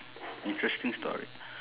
interesting story